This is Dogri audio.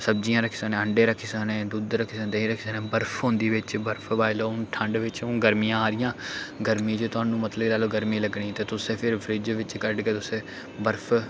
सब्जियां रक्खी सकने अंडे रक्खी सकने दुद्ध रक्खी सकने रक्खी सकने बर्फ होंदी बिच्च बर्फ पाई लैओ हून ठंड बिच्च हून गर्मियां आ दियां गर्मियें च तुहानू मतलब कि गर्मी लग्गनी ते तुसें फिर फ्रिज बिच्च कड्ढग तुसें बर्फ